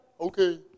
Okay